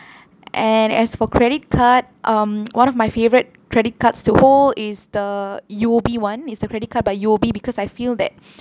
and as for credit card um one of my favourite credit cards to hold is the U_O_B one is the credit card by U_O_B because I feel that